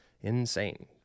Insane